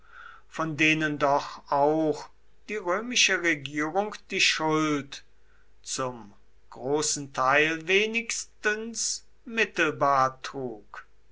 von denen doch auch die römische regierung die schuld zum großen teil wenigstens mittelbar trug